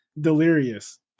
delirious